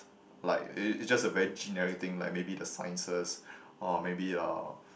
like it it's just a very generic thing like maybe the sciences or maybe uh